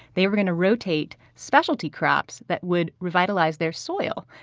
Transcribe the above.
they were going to rotate speciality crops that would revitalize their soil.